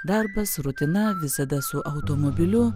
darbas rutina visada su automobiliu